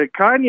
Kanye